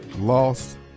lost